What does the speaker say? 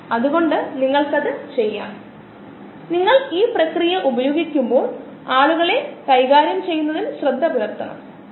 കൂടാതെ B യുടെ 10 മോളാർ സാന്ദ്രത മാത്രമേ ഉള്ളൂ B പ്രതിപ്രവർത്തനത്തെ പരിമിതപ്പെടുത്തും A അവശേഷിക്കും അതിനാൽ B പരിമിതപ്പെടുത്തുന്ന പ്രതിപ്രവർത്തനമാണ്